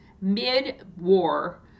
mid-war